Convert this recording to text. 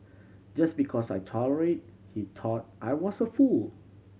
just because I tolerate he thought I was a fool